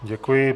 Děkuji.